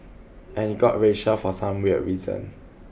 and it got racial for some weird reason